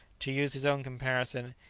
to use his own comparison,